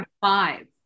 five